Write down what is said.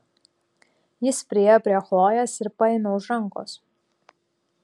jis priėjo prie chlojės ir paėmė už rankos